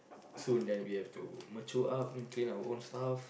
so and then we have to mature up and clean our own stuff